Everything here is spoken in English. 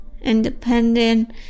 independent